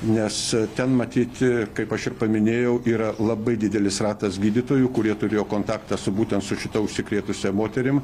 nes ten matyt kaip aš ir paminėjau yra labai didelis ratas gydytojų kurie turėjo kontaktą su būtent su šita užsikrėtusia moterim